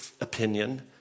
opinion